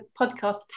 podcast